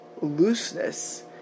looseness